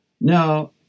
Now